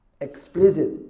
Explicit